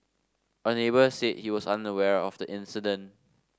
a neighbour said he was unaware of the incident